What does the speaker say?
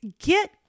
get